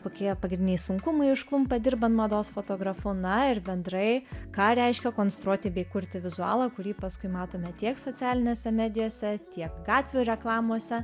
kokie pagrindiniai sunkumai užklumpa dirbant mados fotografu na ir bendrai ką reiškia konstruoti bei kurti vizualą kurį paskui matome tiek socialinėse medijose tiek gatvių reklamose